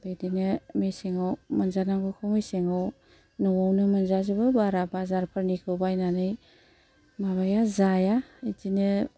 बिदिनो मेसेङाव मोनजानांगौखौ मेसेङाव न'आवनो मोनजाजोबो बारा बाजारफोरनिखौ बायनानै माबाया जाया बिदिनो